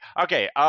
Okay